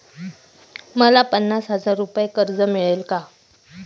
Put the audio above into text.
मला पन्नास हजार रुपये कर्ज मिळेल का?